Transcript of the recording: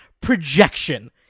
projection